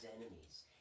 enemies